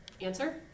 answer